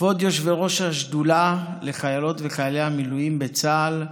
כבוד יושבי-ראש השדולה לחיילות וחיילי המילואים בצה"ל,